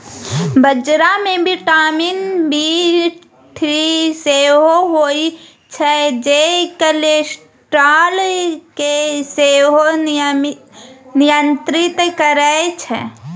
बजरा मे vitamin B three सेहो होइ छै जे कोलेस्ट्रॉल केँ सेहो नियंत्रित करय छै